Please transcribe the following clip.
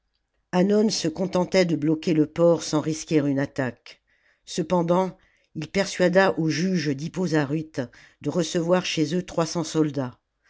hannon se contentait de bloquer le port sans risquer une attaque cependant il persuada aux juges dhippo zaryte de recevoir chez eux trois cents soldats